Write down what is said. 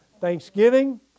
Thanksgiving